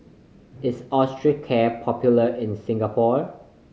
is Osteocare popular in Singapore